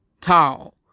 tall